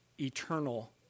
eternal